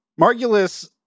Margulis